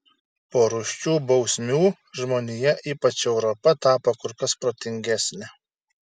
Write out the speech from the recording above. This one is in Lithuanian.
po rūsčių bausmių žmonija ypač europa tapo kur kas protingesnė